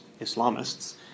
Islamists